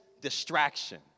distraction